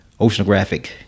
oceanographic